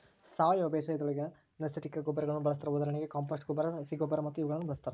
ಸಾವಯವ ಬೇಸಾಯದೊಳಗ ನೈಸರ್ಗಿಕ ಗೊಬ್ಬರಗಳನ್ನ ಬಳಸ್ತಾರ ಉದಾಹರಣೆಗೆ ಕಾಂಪೋಸ್ಟ್ ಗೊಬ್ಬರ, ಹಸಿರ ಗೊಬ್ಬರ ಇವುಗಳನ್ನ ಬಳಸ್ತಾರ